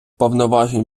повноважень